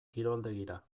kiroldegira